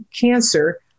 cancer